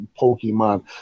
Pokemon